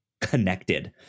connected